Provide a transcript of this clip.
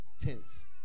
tense